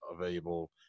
available –